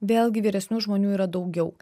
vėlgi vyresnių žmonių yra daugiau